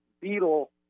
beetle